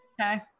Okay